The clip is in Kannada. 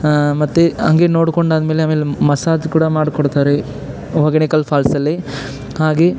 ಮತ್ತು ಹಂಗೆ ನೋಡಿಕೊಂಡಾದ್ಮೇಲೆ ಆಮೇಲೆ ಮಸಾಜ್ ಕೂಡ ಮಾಡಿಕೊಡ್ತಾರೆ ಹೊಗೇನಕಲ್ ಫಾಲ್ಸಲ್ಲಿ ಹಾಗೇ